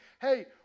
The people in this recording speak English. hey